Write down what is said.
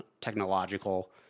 technological